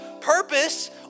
purpose